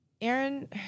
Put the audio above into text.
Aaron